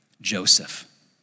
Joseph